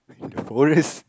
the forest